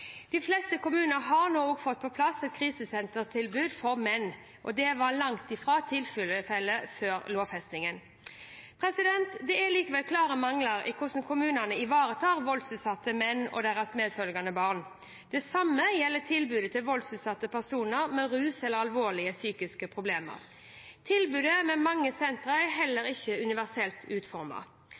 De fleste kommuner har nå fått på plass et krisesentertilbud til menn. Det var langt fra tilfellet før lovfestingen. Det er likevel klare mangler i hvordan kommunene ivaretar voldsutsatte menn og deres medfølgende barn. Det samme gjelder tilbudet til voldsutsatte personer med rusproblemer eller alvorlige psykiske problemer. Tilbudet ved mange sentre er heller ikke universelt